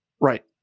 Right